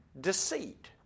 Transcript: deceit